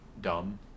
dumb